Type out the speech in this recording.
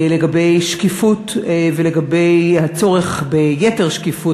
לגבי שקיפות ולגבי הצורך ביתר שקיפות,